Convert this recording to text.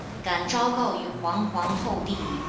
gan zhao gao yu huang huang hou di,